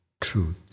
truth